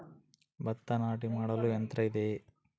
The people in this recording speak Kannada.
ಭತ್ತ ನಾಟಿ ಮಾಡಲು ಯಂತ್ರ ಇದೆಯೇ?